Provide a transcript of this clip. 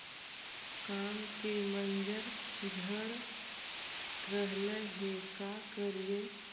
आम के मंजर झड़ रहले हे का करियै?